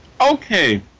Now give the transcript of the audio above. Okay